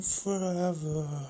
forever